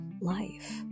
life